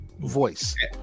voice